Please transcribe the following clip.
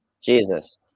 Jesus